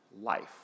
life